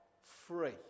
free